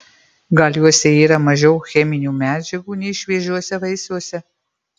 gal juose yra mažiau cheminių medžiagų nei šviežiuose vaisiuose